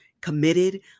committed